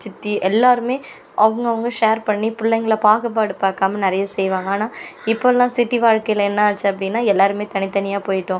சித்தி எல்லோருமே அவங்க அவங்க ஷேர் பண்ணி பிள்ளைங்கள பாகுபாடு பாக்காமல் நிறைய செய்வாங்க ஆனால் இப்போல்லாம் சிட்டி வாழ்க்கையில் என்ன ஆச்சு அப்படின்னா எல்லோருமே தனித் தனியாக போய்ட்டோம்